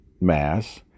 Mass